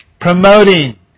promoting